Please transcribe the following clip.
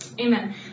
amen